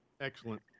Excellent